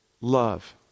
love